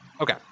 Okay